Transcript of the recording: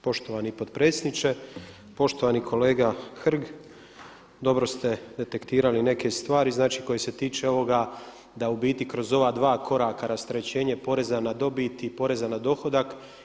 Poštovani potpredsjedniče, poštovani kolega Hrg dobro ste detektirali neke stvari znači koje se tiču ovoga da u biti kroz ova dva koraka rasterećenje poreza na dobit i poreza na dohodak.